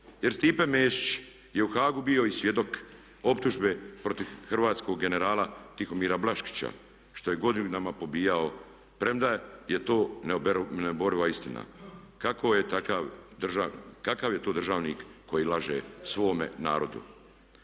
jer Stipe Mesić je u Hagu bio i svjedok optužbe protiv hrvatskog generala Tihomira Blaškića što je godinama pobijao premda je to neoboriva istina. Kakav je to državnik koji laže svome narodu?